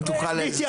אני רוצה לסיים.